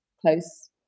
close